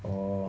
orh